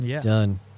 Done